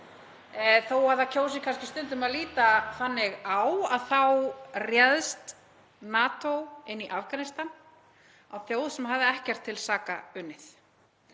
Þó að það kjósi kannski stundum að líta þannig á þá réðst NATO inn í Afganistan, á þjóð sem hafði ekkert til saka unnið